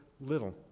little